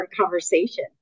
conversation